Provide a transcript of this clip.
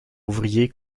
ouvrier